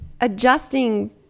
adjusting